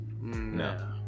No